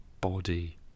Body